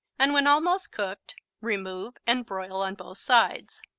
and when almost cooked, remove and broil on both sides.